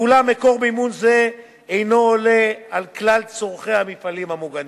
ואולם מקור מימון זה אינו עונה על כלל צורכי המפעלים המוגנים.